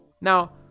now